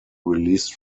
released